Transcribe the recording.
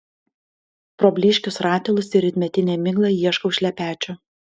pro blyškius ratilus ir rytmetinę miglą ieškau šlepečių